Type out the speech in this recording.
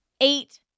eight